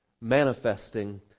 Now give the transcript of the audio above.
manifesting